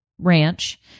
ranch